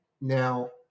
now